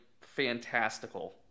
fantastical